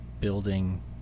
building